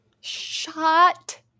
Shut